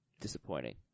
disappointing